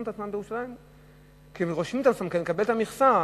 את עצמם בירושלים כדי לקבל את המכסה.